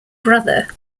brother